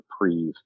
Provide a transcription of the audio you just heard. reprieve